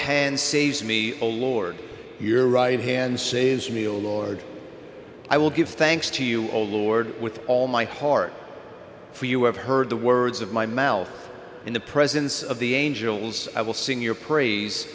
hand saves me a lord your right hand says me oh lord i will give thanks to you old lord with all my heart for you have heard the words of my mouth in the presence of the angels i will sing your praise